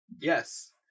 Yes